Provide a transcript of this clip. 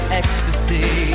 ecstasy